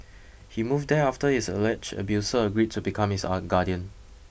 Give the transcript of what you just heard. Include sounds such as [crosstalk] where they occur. he moved there after his alleged abuser agreed to become his [unintelligible] guardian